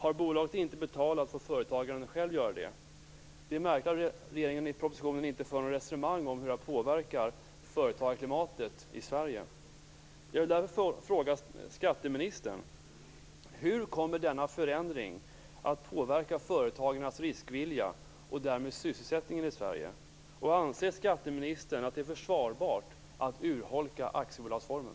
Om bolaget inte har betalat, får företagaren själv göra det. Det är märkligt att regeringen i propositionen inte för något resonemang om hur det påverkar företagarklimatet i Sverige. Jag vill därför fråga skatteministern: Hur kommer denna förändring att påverka företagarnas riskvilja och därmed sysselsättningen i Sverige? Anser skatteministern att det är försvarbart att urholka aktiebolagsformen?